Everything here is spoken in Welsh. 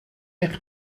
eich